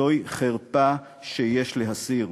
זוהי חרפה שיש להסיר.